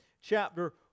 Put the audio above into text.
chapter